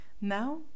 Now